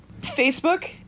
Facebook